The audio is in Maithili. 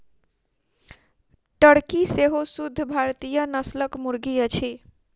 टर्की सेहो शुद्ध भारतीय नस्लक मुर्गी अछि